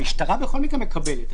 המשטרה בכל מקרה מקבלת.